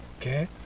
Okay